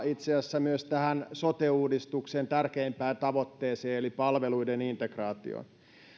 itse asiassa hyvinkin verrata myös sote uudistuksen tärkeimpään tavoitteeseen eli palveluiden integraatioon